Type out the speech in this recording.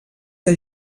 que